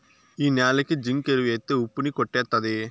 ఈ న్యాలకి జింకు ఎరువు ఎత్తే ఉప్పు ని కొట్టేత్తది